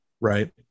right